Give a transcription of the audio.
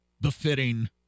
befitting